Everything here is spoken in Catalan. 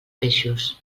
peixos